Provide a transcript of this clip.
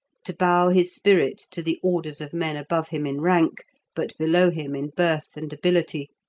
to bow his spirit to the orders of men above him in rank but below him in birth and ability,